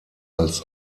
als